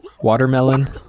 watermelon